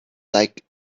like